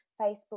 Facebook